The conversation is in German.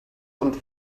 und